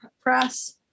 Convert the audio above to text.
press